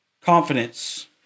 confidence